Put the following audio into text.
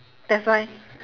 that's why